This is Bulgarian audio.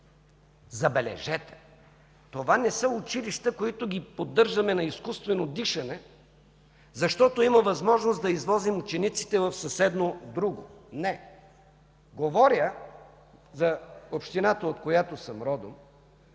Забележете, това не са училища, които поддържаме на изкуствено дишане, защото има възможност да извозим ученици от съседно, друго. Не, говоря за общината, от която съм родом,